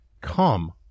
Come